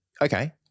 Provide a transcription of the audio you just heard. okay